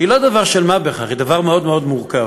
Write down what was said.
זה לא דבר של מה בכך, זה דבר מאוד מאוד מורכב.